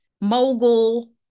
mogul